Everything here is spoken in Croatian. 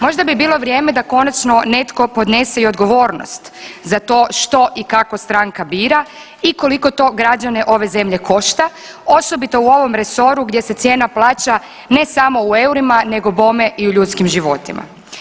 Možda bi bilo vrijeme da konačno netko podnese i odgovornost za to što i kako stranka bira i koliko to građane ove zemlje košta osobito u ovom resoru gdje se cijena plaća ne samo u eurima nego bome i u ljudskim životima.